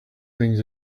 things